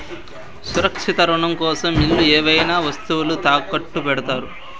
సురక్షిత రుణం కోసం ఇల్లు ఏవైనా వస్తువులు తాకట్టు పెడతారు